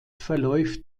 verläuft